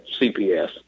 CPS